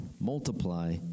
multiply